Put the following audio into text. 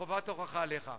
חובת ההוכחה עליך.